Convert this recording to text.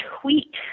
tweet